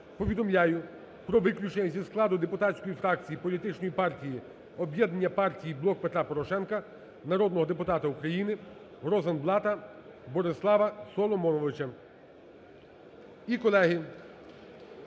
повідомляю про виключення зі складу депутатської фракції політичної партії "Об'єднання партій "Блок Петра Порошенка" народного депутата України Розенблата Борислава Соломоновича.